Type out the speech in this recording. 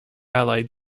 allied